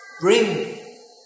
bring